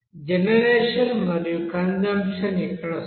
generation మరియు consumption ఇక్కడ సున్నా